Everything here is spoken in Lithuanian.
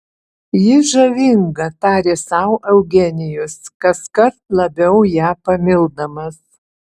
ji žavinga tarė sau eugenijus kaskart labiau ją pamildamas